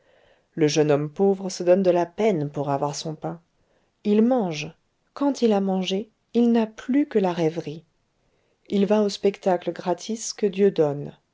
le jeune homme pauvre se donne de la peine pour avoir son pain il mange quand il a mangé il n'a plus que la rêverie il va aux spectacles gratis que dieu donne